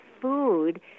Food